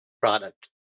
product